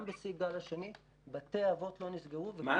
גם בשיא של הגל השני בתי האבות לא נסגרו.